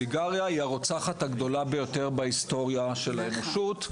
סיגריות היא הרוצחת הגדולה ביותר בהיסטוריה של האנושות,